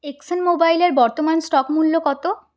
exon মোবাইলের বর্তমান stock মূল্য কত